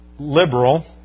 liberal